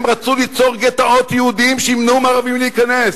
הם רצו ליצור גטאות יהודיים שימנעו מערבים להיכנס,